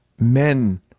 men